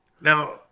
Now